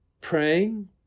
praying